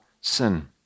sin